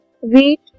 wheat